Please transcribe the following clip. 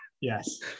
Yes